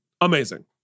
amazing